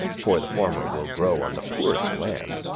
for the former will grow on the poorest land,